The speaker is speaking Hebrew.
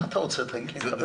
נכון.